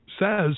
says